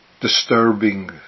disturbing